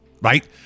right